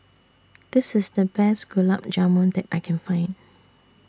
This IS The Best Gulab Jamun that I Can Find